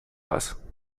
was